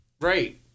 Right